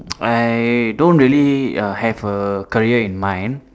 I don't really err have a career in mind